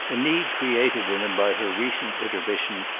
a need created in him by her recent intermission,